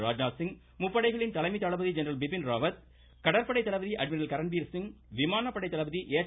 ராஜ்நாத்சிங் முப்படைகளின் தலைமை தளபதி ஜெனரல் பிபின் ராவத் கடற்படை தளபதி அட்மிரல் கரண்பீர்சிங் விமானப்படை ஏர் ச்